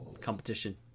competition